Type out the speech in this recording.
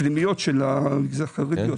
פנימיות של המגזר החרדי.